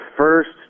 first